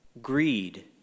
greed